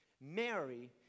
Mary